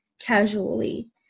casually